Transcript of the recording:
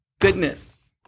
goodness